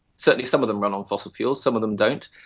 certainly some of them run on fossil fuels, some of them don't.